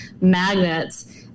magnets